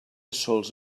sols